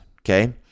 okay